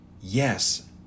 yes